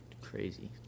crazy